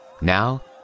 Now